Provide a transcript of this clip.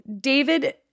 David